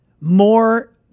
More